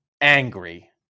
angry